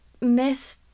miss